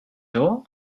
door